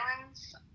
islands